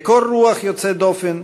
בקור רוח יוצא דופן,